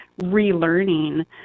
relearning